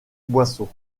boisseaux